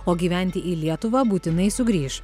o gyventi į lietuvą būtinai sugrįš